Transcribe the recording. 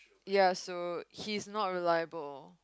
ya so he's not reliable